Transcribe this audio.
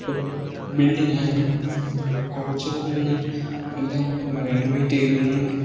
ഇപ്പം ബിള്ഡിങ്ങായാലും കുറച്ചും കൂടി ഒന്ന് എല്ലാ ഒന്നേയെന്ന് റെനോവേറ്റ് ചെയ്തൊന്ന്